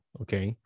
okay